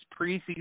preseason